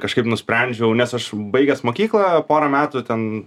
kažkaip nusprendžiau nes aš baigęs mokyklą porą metų ten